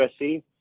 USC